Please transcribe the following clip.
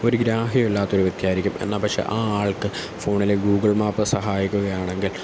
ഒരു ഗ്രാഹ്യവുമില്ലാത്തവർ വ്യക്തിയായിരിക്കും എന്നാൽ പക്ഷേ ആ ആൾക്ക് ഫോണിലെ ഗൂഗിൾ മാപ് സഹായിക്കുകയാണെങ്കിൽ